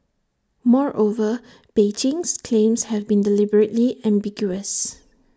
moreover Beijing's claims have been deliberately ambiguous